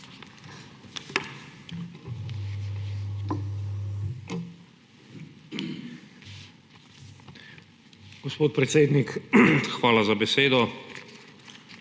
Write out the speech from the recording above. Hvala.